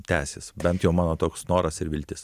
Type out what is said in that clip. tęsis bent jau mano toks noras ir viltis